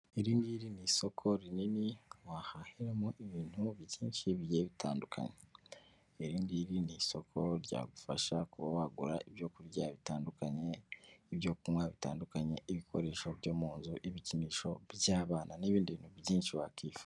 Iri ngiri ni isoko rinini wahahiramo ibintu byinshi bigiye bitandukanye, iri ngiri ni isoko ryagufasha kuba wagura ibyo kurya bitandukanye, ibyo kunywa bitandukanye, ibikoresho byo mu nzu, ibikinisho by'abana, n'ibindi bintu byinshi wakifuza.